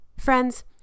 Friends